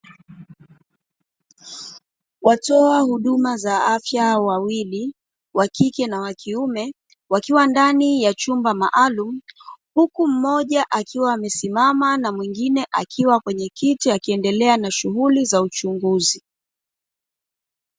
Watoa huduma za afya wawili wa kike na wa kiume, wakiwa ndani ya chumba maalum, huku mmoja akiwa amesimama na mwingine akiwa kwenye kiti akiendelea na shughuli za uchunguzi.